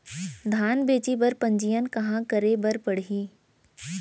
धान बेचे बर पंजीयन कहाँ करे बर पड़ही?